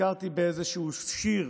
נזכרתי באיזשהו שיר